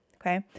Okay